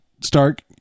Stark